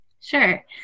Sure